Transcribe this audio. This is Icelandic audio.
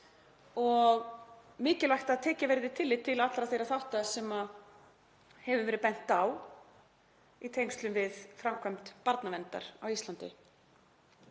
og mikilvægt að tekið verði tillit til allra þeirra þátta sem hefur verið bent á í tengslum við framkvæmd barnaverndar á Íslandi.